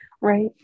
Right